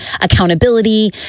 accountability